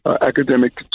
academic